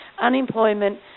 Unemployment